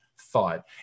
thought